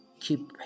Keep